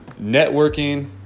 networking